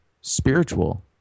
spiritual